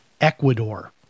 ecuador